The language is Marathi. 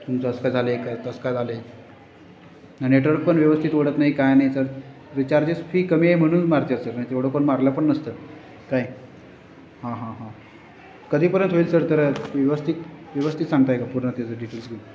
तुमचं असं का झालं आहे का तसं का झालं आहे नेटवर्क पण व्यवस्थित ओढत नाही काय नाही सर रिचार्जाची फी कमी आहे म्हणून मारतो आहे सर नाही तर एवढं पण मारलं पण नसतं काय हां हां हां कधी परत होईल सर तर व्यवस्थित व्यवस्थित सांगताय का पूर्ण त्याचं डिटेल्स घेऊन